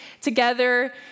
together